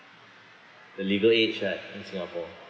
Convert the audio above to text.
the legal age right in singapore